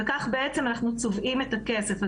כך בעצם אנחנו צובעים את הכסף.